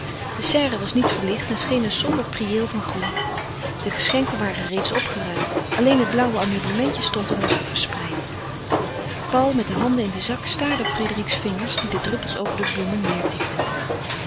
de serre was niet verlicht en scheen een somber priëel van groen de geschenken waren reeds opgeruimd alleen het blauwe ameublement stond er nog verspreid paul met de handen in den zak staarde op frédérique's vingers die de druppels over de bloemen neêr